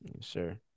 Sure